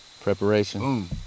Preparation